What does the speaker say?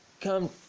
come